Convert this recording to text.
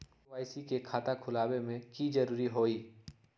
KYC के खाता खुलवा में की जरूरी होई?